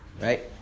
right